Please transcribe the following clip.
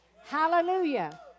Hallelujah